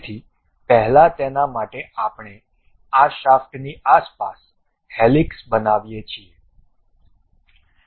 તેથી પહેલા તેના માટે આપણે આ શાફ્ટની આસપાસ હેલિક્સ બનાવીએ છીએ